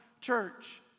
church